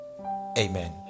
amen